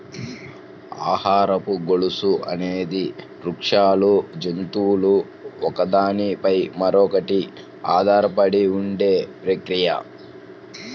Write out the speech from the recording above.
ఆహారపు గొలుసు అనేది వృక్షాలు, జంతువులు ఒకదాని పై మరొకటి ఆధారపడి ఉండే ప్రక్రియ